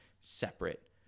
separate